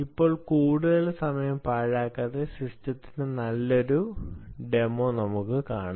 ഇപ്പോൾ കൂടുതൽ സമയം പാഴാക്കാതെ സിസ്റ്റത്തിന്റെ നല്ലൊരു പ്രദർശനം നമുക്ക് നോക്കാം